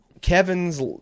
Kevin's